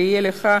ויהיה לך